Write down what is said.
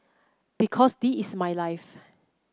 because this is my life